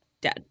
dead